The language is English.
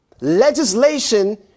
Legislation